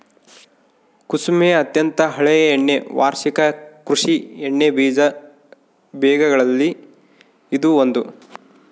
ಕುಸುಮೆ ಅತ್ಯಂತ ಹಳೆಯ ಎಣ್ಣೆ ವಾರ್ಷಿಕ ಕೃಷಿ ಎಣ್ಣೆಬೀಜ ಬೆಗಳಲ್ಲಿ ಇದು ಒಂದು